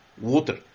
water